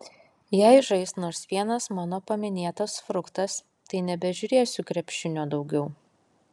jei žais nors vienas mano paminėtas fruktas tai nebežiūrėsiu krepšinio daugiau